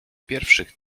pierwszych